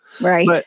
Right